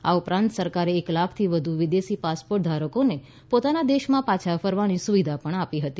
આ ઉપરાંત સરકારે એક લાખથી વધુ વિદેશી પાસપોર્ટ ધારકોને પોતાના દેશમાં પાછા ફરવાની સુવિધા પણ આપી હતી